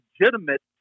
legitimate